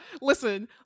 Listen